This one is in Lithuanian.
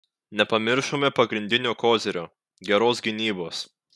nepamiršome pagrindinio kozirio geros gynybos